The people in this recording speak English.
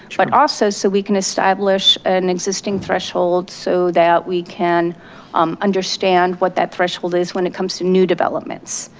but also so we can establish an existing threshold so that we can um understand what that threshold is when it comes to new developments.